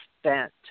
spent